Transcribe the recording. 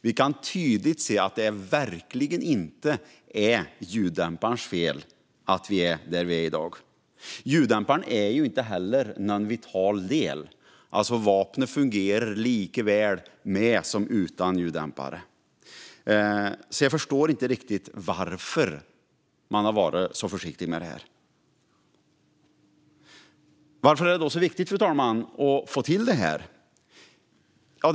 Det är tydligt att det inte är ljuddämparens fel att vi är där vi är i dag. Ljuddämparen är inte heller en vital del; vapnet fungerar ju lika bra med eller utan ljuddämpare. Därför kan jag inte förstå varför man har varit så försiktig med detta. Varför är det då så viktigt att få till detta?